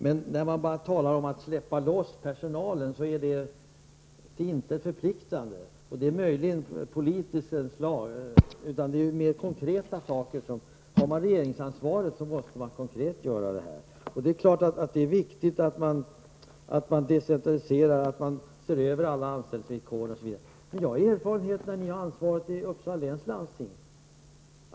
Men att bara tala om att släppa loss personalen är till intet förpliktigande. Det är mer konkreta saker som behövs här. Har man regeringsansvaret måste man konkret göra detta. Det är klart att det är viktigt att man decentraliserar och ser över alla anställningsvillkor osv. Jag har erfarenhet av när ni har ansvaret i Uppsala läns landsting.